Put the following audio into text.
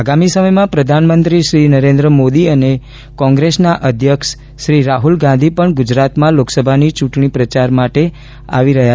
આગામી સમયમાં પ્રધાનમંત્રી શ્રી નરેન્દ્ર મોદી અને કોંગ્રેસના અધ્યક્ષ શ્રી રાહુલ ગાંધી પણ ગુજરાતમાં લોકસભાની ચૂંટણી માટે પ્રચારમાં આવશે